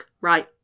Right